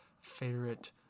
favorite